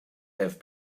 have